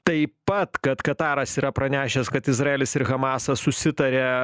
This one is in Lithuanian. taip pat kad kataras yra pranešęs kad izraelis ir hamasas susitarė